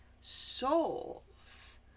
Souls